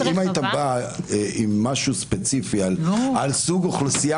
אם היית בא עם משהו ספציפי על סוג אוכלוסייה